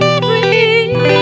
free